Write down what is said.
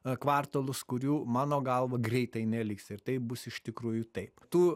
a kvartalus kurių mano galva greitai neliks ir taip bus iš tikrųjų taip tų